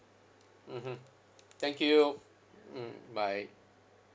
mmhmm thank you mm bye